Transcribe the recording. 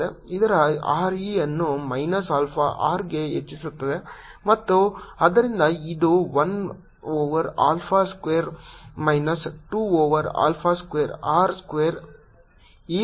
ಇದರ r e ಅನ್ನು minus alpha r ಗೆ ಹೆಚ್ಚಿಸುತ್ತದೆ ಮತ್ತು ಆದ್ದರಿಂದ ಇದು 1 over alpha square minus 2 over alpha square r square e raise to minus 2 alpha r